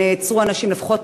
נעצרו אנשים, לפחות